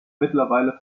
mittlerweile